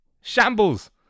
Shambles